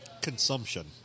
Consumption